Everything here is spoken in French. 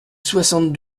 soixante